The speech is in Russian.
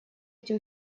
эти